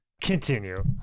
Continue